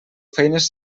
feines